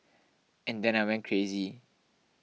and then I went crazy